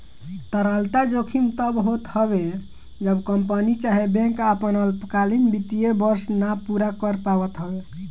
तरलता जोखिम तब होत हवे जब कंपनी चाहे बैंक आपन अल्पकालीन वित्तीय वर्ष ना पूरा कर पावत हवे